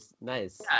nice